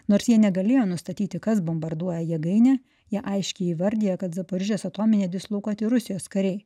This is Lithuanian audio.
nors jie negalėjo nustatyti kas bombarduoja jėgainę jie aiškiai įvardijo kad zaporožės atominėje dislokuoti rusijos kariai